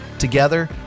Together